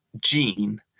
gene